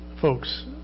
folks